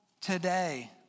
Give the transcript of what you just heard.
today